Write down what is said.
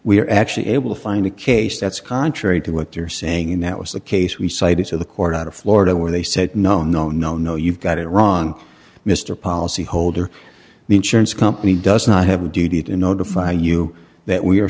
are actually able to find a case that's contrary to what you're saying and that was the case we cited to the court out of florida where they said no no no no you've got it wrong mr policyholder the insurance company does not have a duty to notify you that we